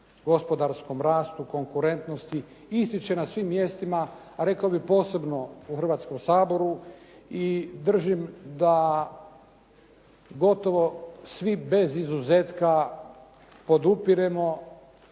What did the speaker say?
gospodarskom rastu, konkurentnosti ističe na svim mjestima, a rekao bih posebno u Hrvatskom saboru i držim da gotovo svi bez izuzetka podupiremo,